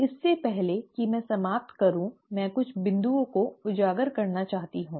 इससे पहले कि मैं समाप्त करूं मैं कुछ बिंदुओं को उजागर करना चाहती हूं